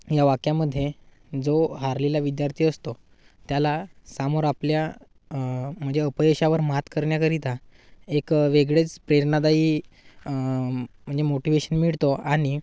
ह्या वाक्यामध्ये जो हरलेला विद्यार्थी असतो त्याला समोर आपल्या म्हणजे अपयशावर मात करण्याकरिता एक वेगळेच प्रेरणादायी म्हणजे मोटिवेशन मिळतो आणि